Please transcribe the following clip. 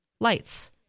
lights